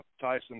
Tyson